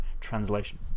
translation